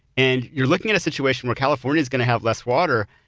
and you're looking at a situation where california is going to have less water.